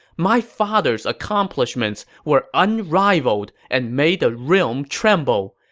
my father's accomplishments were unrivaled and made the realm tremble,